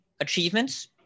achievements